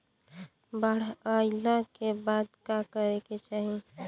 बाढ़ आइला के बाद का करे के चाही?